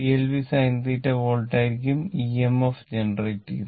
2Blvsinθ volt ആയിരിക്കും EMF generate ചെയ്യുന്നത്